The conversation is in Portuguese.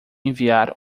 enviar